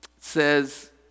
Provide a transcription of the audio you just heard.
says